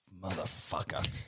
Motherfucker